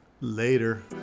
Later